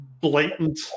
blatant